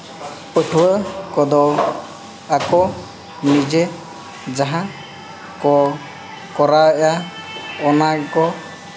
ᱯᱟᱹᱴᱷᱩᱣᱟᱹ ᱠᱚᱫᱚ ᱟᱠᱚ ᱱᱤᱡᱮ ᱡᱟᱦᱟᱸ ᱠᱚ ᱠᱚᱨᱟᱣᱮᱜᱼᱟ ᱚᱱᱟ ᱜᱮᱠᱚ